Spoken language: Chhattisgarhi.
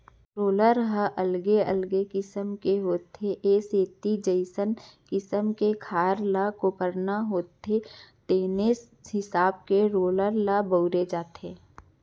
रोलर ह अलगे अलगे किसम के होथे ए सेती जइसना किसम के खार ल कोपरना होथे तेने हिसाब के रोलर ल बउरे जाथे